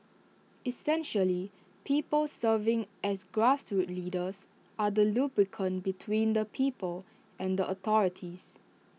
essentially people serving as grassroots leaders are the lubricant between the people and the authorities